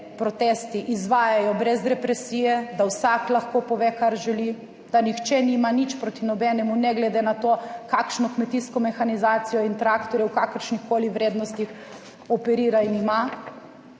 protesti izvajajo brez represije, da vsak lahko pove kar želi, da nihče nima nič proti nobenemu, ne glede na to kakšno kmetijsko mehanizacijo in traktorje v kakršnikoli vrednosti operira in ima.